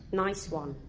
nice one,